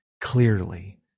clearly